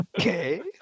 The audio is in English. Okay